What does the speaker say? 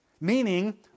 Meaning